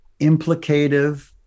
implicative